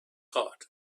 hot